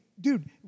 dude